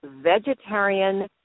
vegetarian